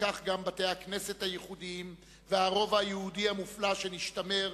וכך גם בתי-הכנסת הייחודיים והרובע היהודי המופלא שנשתמר,